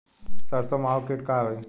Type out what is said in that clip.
सरसो माहु किट का ह?